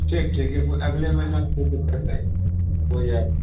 ठीक ठीक एक अगले महीना में कोई दिक्कत नहीं हो जाए